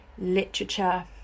literature